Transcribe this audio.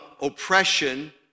oppression